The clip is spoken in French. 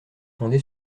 fondé